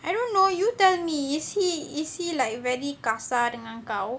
I don't know you tell me is he is he like really kasar dengan kau